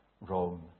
Rome